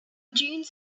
dunes